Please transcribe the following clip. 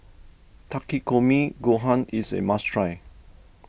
Takikomi Gohan is a must try